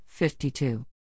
52